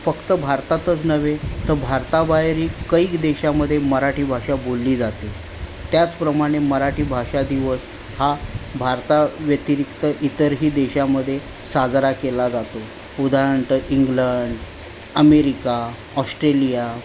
फक्त भारतातच नव्हे तर भारताबाहेरही कैक देशामध्य मराठी भाषा बोलली जाते त्याचप्रमाणे मराठी भाषा दिवस हा भारताव्यतिरिक्त इतरही देशामध्ये साजरा केला जातो उदाहरणार्थ इंग्लंड अमेरिका ऑश्ट्रेलिया